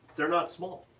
they're not small,